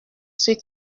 ceux